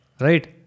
right